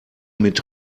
mit